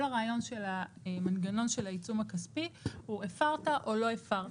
כל הרעיון של המנגנון של העיצום הכספי הוא: הפרת או לא הפרת.